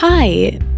Hi